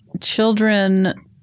children